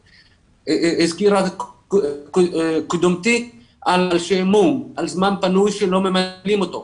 הזכירה קודמתי את השעמום והזמן הפנוי שלא ממלאים אותו,